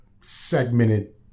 segmented